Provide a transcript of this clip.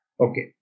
Okay